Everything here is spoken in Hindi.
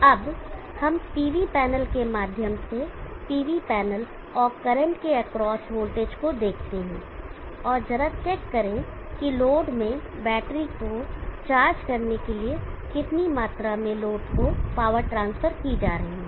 अब हम PV पैनल के माध्यम से PV पैनल और करंट के एक्रॉस वोल्टेज को देखते हैं और जरा चेक करें कि लोड में बैटरी को चार्ज करने के लिए कितनी मात्रा में लोड को पावर ट्रांसफर की जा रही है